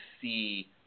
see